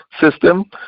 system